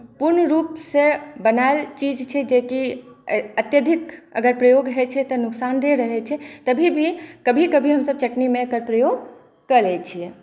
पुर्ण रुपसे बनाएल चीज छै जेकि अत्यधिक अगर प्रयोग होइछै तऽनुकसानदेह रहै छै तभी भी कभी कभी हमसभ चटनीमे एकर प्रयोग कए लेइ छिऐ